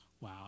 Wow